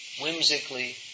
whimsically